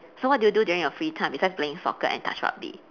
so what do you do during your free time besides playing soccer and touch rugby